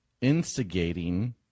instigating